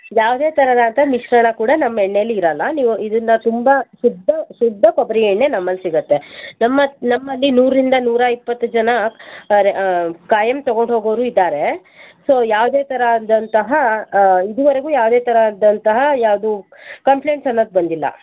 ಯಾವುದೇ ಥರದಂತಹ ಮಿಶ್ರಣ ಕೂಡ ನಮ್ಮೇಣ್ಣೆಲಿ ಇರಲ್ಲ ನೀವು ಇದನ್ನ ತುಂಬಾ ಶುದ್ಧ ಶುದ್ಧ ಕೊಬ್ಬರಿ ಎಣ್ಣೆ ನಮ್ಮಲ್ಲಿ ಸಿಗತ್ತೆ ನಮ್ಮ ನಮ್ಮಲ್ಲಿ ನೂರಿಂದ ನೂರ ಇಪ್ಪತ್ತು ಜನ ಖಾಯಂ ತೊಗೊಂಡು ಹೋಗೋರು ಇದ್ದಾರೆ ಸೋ ಯಾವುದೇ ಥರದಂತಹ ಇದುವರೆಗೂ ಯಾವುದೇ ಥರದಂತಹ ಯಾವುದು ಕಂಪ್ಲೆಂಟ್ಸ್ ಅನ್ನೋದು ಬಂದಿಲ್ಲ